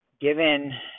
given